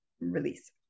release